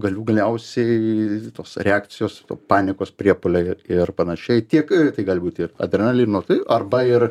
galių galiausiai tos reakcijos panikos priepuoliai ir panašiai tiek tai gali būti ir adrenalino tai arba ir